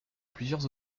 plusieurs